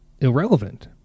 irrelevant